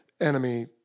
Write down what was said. enemy